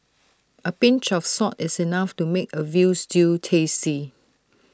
A pinch of salt is enough to make A Veal Stew tasty